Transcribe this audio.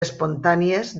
espontànies